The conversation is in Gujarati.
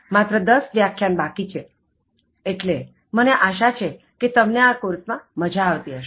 માત્ર 10 વ્યાખ્યાન બાકી છેએટલે મને આશા છે કે તમને આ કોર્સ માં મજા આવતી હશે